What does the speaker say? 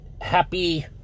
happy